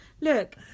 Look